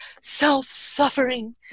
self-suffering